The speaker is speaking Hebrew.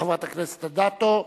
חברת הכנסת אדטו,